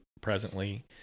presently